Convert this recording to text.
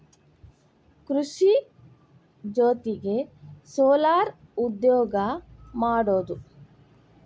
ಕೃಷಿ ಜೊತಿಗೆ ಸೊಲಾರ್ ಉದ್ಯೋಗಾ ಮಾಡುದು